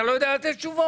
אתה לא יודע לתת תשובות,